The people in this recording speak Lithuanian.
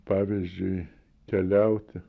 pavyzdžiui keliauti